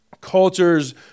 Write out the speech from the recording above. cultures